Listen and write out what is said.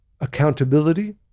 accountability